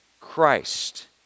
Christ